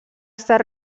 estat